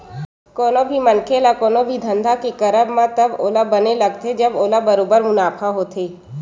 कोनो भी मनखे ल कोनो भी धंधा के करब म तब ओला बने लगथे जब ओला बरोबर मुनाफा होथे